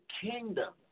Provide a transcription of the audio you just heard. kingdom